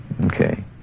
Okay